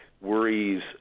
worries